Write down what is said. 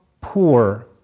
poor